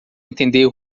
entender